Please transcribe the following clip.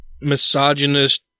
misogynist